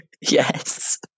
Yes